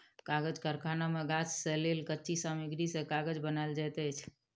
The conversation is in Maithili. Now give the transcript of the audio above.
कागज़ कारखाना मे गाछ से लेल कच्ची सामग्री से कागज़ बनायल जाइत अछि